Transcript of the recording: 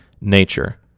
nature